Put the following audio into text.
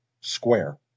square